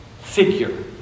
figure